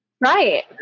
right